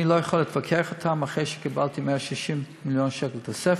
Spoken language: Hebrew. אני לא יכול להתווכח אתם אחרי שקיבלתי 160 מיליון שקל תוספת.